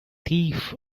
thief